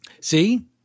See